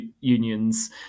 unions